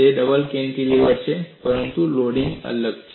તે double cantilever છે પરંતુ લોડિંગ અલગ છે